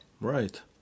Right